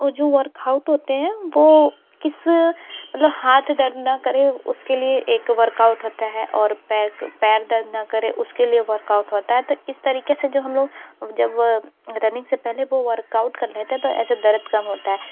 और जो वर्कआउट होते हैं वो किस मतलब हाथ दर्द ना करें उसके लिए एक वर्कआउट होता है और पैर पैर दर्द ना करें उसके लिए वर्कआउट होता है तो इस तरीके से जो हम लोग जब रनिंग से पहले वो वर्कआउट कर लेते हैं तो ऐसे दरद कम होता है